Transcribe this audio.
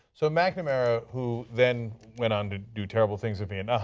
so mcnamara who then went on to do terrible things in vietnam,